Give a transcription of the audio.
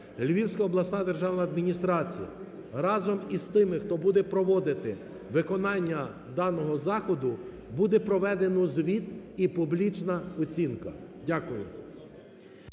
Львівська обласна державна адміністрація разом із тими, хто буде проводити виконання даного заходу, буде проведено звіт і публічна оцінка. Дякую.